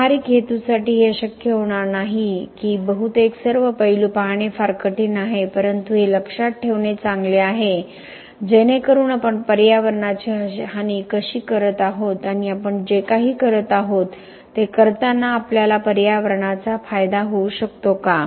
व्यावहारिक हेतूसाठी हे शक्य होणार नाही की बहुतेक सर्व पैलू पाहणे फार कठीण आहे परंतु हे लक्षात ठेवणे चांगले आहे जेणेकरून आपण पर्यावरणाची हानी कशी करत आहोत आणि आपण जे काही करत आहोत ते करताना आपल्याला पर्यावरणाचा फायदा होऊ शकतो का